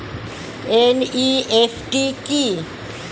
NEFT কি?